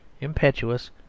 impetuous